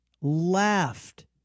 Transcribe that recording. laughed